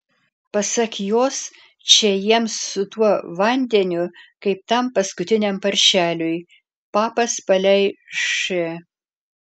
pasak jos čia jiems su tuo vandeniu kaip tam paskutiniam paršeliui papas palei š